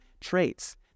traits